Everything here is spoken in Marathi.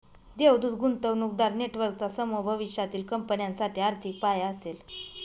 देवदूत गुंतवणूकदार नेटवर्कचा समूह भविष्यातील कंपन्यांसाठी आर्थिक पाया असेल